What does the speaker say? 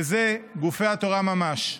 וזה גופי תורה ממש,